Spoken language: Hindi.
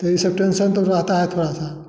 यही सब टेंशन तो रहता है थोड़ा सा